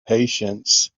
patience